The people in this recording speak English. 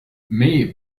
may